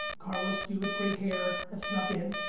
carlos dude with great hair that snuck in,